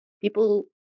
People